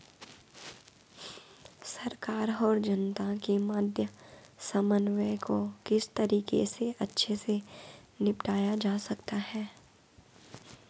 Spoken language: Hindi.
सरकार और जनता के मध्य समन्वय को किस तरीके से अच्छे से निपटाया जा सकता है?